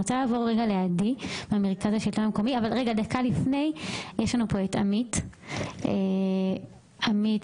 יש נמצא אתנו עמית